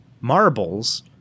Marbles